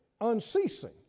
unceasing